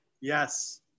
yes